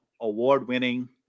award-winning